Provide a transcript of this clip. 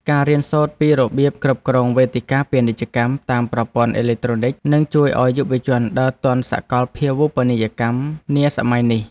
ការរៀនសូត្រពីរបៀបគ្រប់គ្រងវេទិកាពាណិជ្ជកម្មតាមប្រព័ន្ធអេឡិចត្រូនិចនឹងជួយឱ្យយុវជនដើរទាន់សកលភាវូបនីយកម្មនាសម័យនេះ។